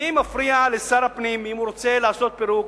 מי מפריע לשר הפנים, אם הוא רוצה לעשות פירוק,